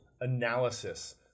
analysis